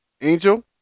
Angel